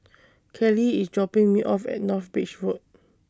Keli IS dropping Me off At North Bridge Road